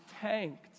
tanked